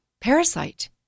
parasite